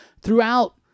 throughout